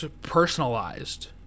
personalized